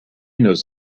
knows